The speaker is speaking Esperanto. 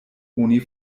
oni